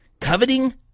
coveting